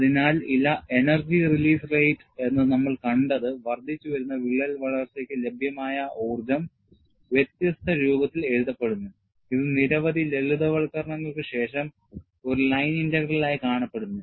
അതിനാൽ energy release rate എന്ന് നമ്മൾ കണ്ടത് വർദ്ധിച്ചുവരുന്ന വിള്ളൽ വളർച്ചയ്ക്ക് ലഭ്യമായ ഊർജം വ്യത്യസ്ത രൂപത്തിൽ എഴുതപ്പെടുന്നു ഇത് നിരവധി ലളിതവൽക്കരണങ്ങൾക്ക് ശേഷം ഒരു ലൈൻ ഇന്റഗ്രൽ ആയി കാണപ്പെടുന്നു